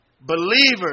Believers